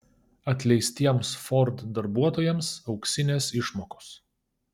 atleistiems ford darbuotojams auksinės išmokos